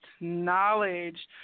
knowledge